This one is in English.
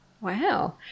Wow